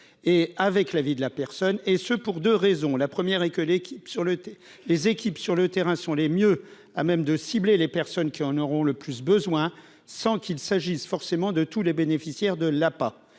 et avec l'avis de la personne, et ce pour 2 raisons : la première, et que l'équipe sur le thé, les équipes sur le terrain sont les mieux à même de cibler les personnes qui en auront le plus besoin, sans qu'il s'agisse forcément de tous les bénéficiaires de la